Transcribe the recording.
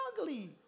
ugly